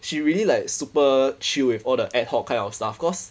she really like super chill with all the ad hoc kind of stuff cause